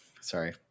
Sorry